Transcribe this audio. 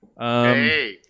Hey